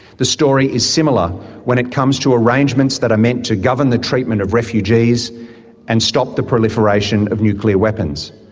the story is similar when it comes to arrangements that are meant to govern the treatment of refugees and stop the proliferation of nuclear weapons.